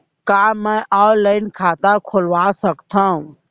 का मैं ऑनलाइन खाता खोलवा सकथव?